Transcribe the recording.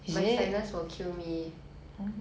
so ya I'll choose